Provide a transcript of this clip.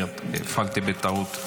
הפעלתי בטעות.